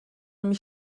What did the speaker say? mich